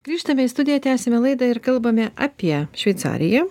grįžtame į studiją tęsiame laidą ir kalbame apie šveicariją